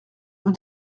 vous